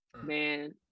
man